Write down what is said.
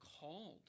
called